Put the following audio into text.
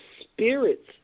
spirits